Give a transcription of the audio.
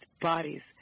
bodies